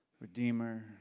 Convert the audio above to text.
redeemer